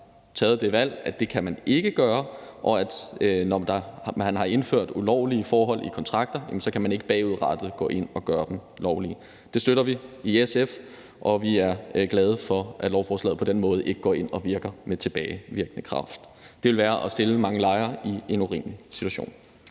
taget det valg, at det kan man ikke gøre, og at når man har indført ulovlige forhold i kontrakter, kan man ikke bagudrettet gå ind og gøre dem lovlige. Det støtter vi i SF, og vi er glade for, at lovforslaget på den måde ikke går ind og virker med tilbagevirkende kraft. Det ville være at stille mange lejere i en urimelig situation.